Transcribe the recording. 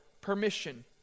permission